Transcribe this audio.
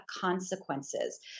consequences